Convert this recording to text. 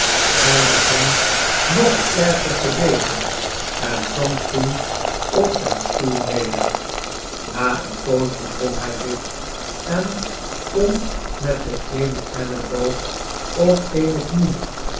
hij begon nog sterker te beven en zonk toen op zijn stoel neder na eene poos bedwong hij zich en kon met den eenen elleboog op eene knie